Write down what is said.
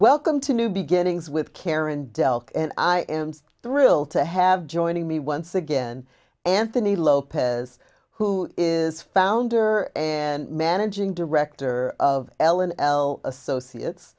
welcome to new beginnings with karen dell and i am so thrilled to have joining me once again anthony lopez who is founder and managing director of l and l associates